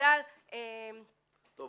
בגלל --- טוב,